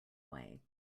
way